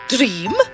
Dream